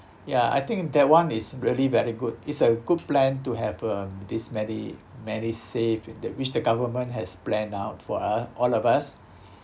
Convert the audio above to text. ya I think that one is really very good it's a good plan to have um this medi~ MediSave in that which the government has planned out for u~ all of us